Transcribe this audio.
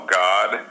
god